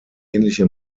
ähnliche